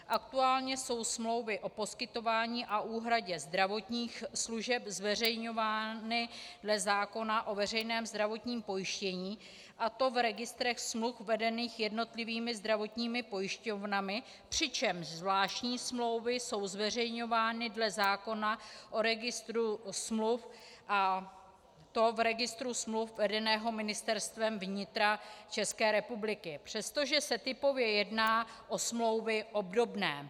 Aktuálně jsou smlouvy o poskytování a úhradě zdravotních služeb zveřejňovány dle zákona o veřejném zdravotním pojištění, a to v registrech smluv vedených jednotlivými zdravotními pojišťovnami, přičemž zvláštní smlouvy jsou zveřejňovány dle zákona o registru smluv, a to v registru smluv vedeném Ministerstvem vnitra České republiky, přestože se typově jedná o smlouvy obdobné.